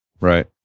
Right